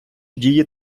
дії